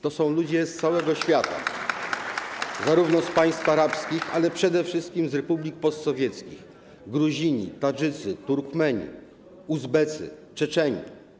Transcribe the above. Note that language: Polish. To są ludzie z całego świata, zarówno z państw arabskich, jak i przede wszystkim z republik postsowieckich - Gruzini, Tadżycy, Turkmeni, Uzbecy, Czeczeni.